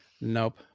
Nope